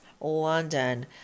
London